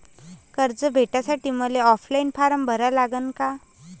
कर्ज भेटासाठी मले ऑफलाईन फारम भरा लागन का?